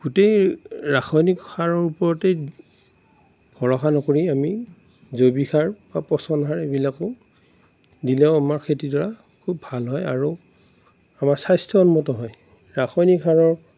গোটেই ৰাসয়ানিক সাৰৰ ওপৰতেই ভৰসা নকৰি আমি জৈৱিক সাৰ বা পচন সাৰ এইবিলাকো দিলেও আমাৰ খেতিডৰা খুব ভাল হয় আৰু আমাৰ স্বাস্থ্য উন্নত হয় ৰাসয়ানিক সাৰৰ